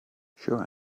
sure